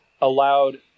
allowed